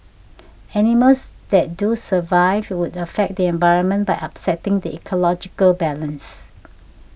animals that do survive would affect the environment by upsetting the ecological balance